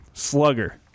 Slugger